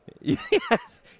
Yes